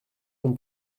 non